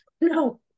No